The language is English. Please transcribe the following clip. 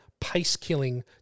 pace-killing